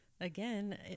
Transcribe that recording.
Again